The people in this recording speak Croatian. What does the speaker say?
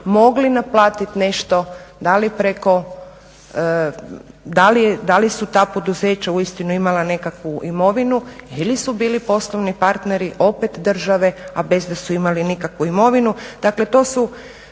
mogli naplatiti nešto, da li su ta poduzeća uistinu imala nekakvu imovinu ili su bili poslovni partneri opet države, a bez da su imali nekakvu imovinu? Dakle, to su